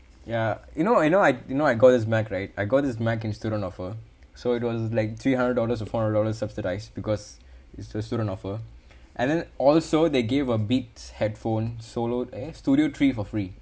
ya you know you know I you know I got this mac right I got this mac in student offer so it was like three hundred dollars or four hundred dollars subsidised because it's a student offer and then also they gave a beats headphone solo eh studio three for free